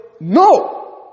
no